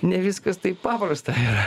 ne viskas taip paprasta yra